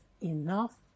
enough